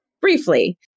briefly